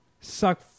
suck